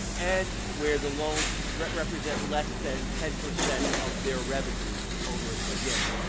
and where the loans represent less than ten percent of their revenue over again,